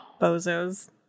bozos